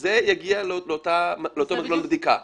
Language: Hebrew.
זה יגיע לאותו מנגנון בדיקה.